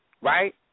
right